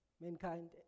mankind